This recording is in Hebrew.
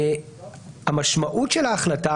המשמעות של ההחלטה,